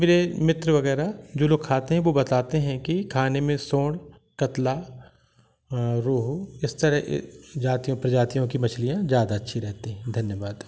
मेरे मित्र वगैरह जो लोग खाते हैं वो बताते हैं कि खाने में सोंढ़ कतला रोहू इस तरह जातियों प्रजातियों की मछलियाँ ज़्यादा अच्छी रहती हैं धन्यवाद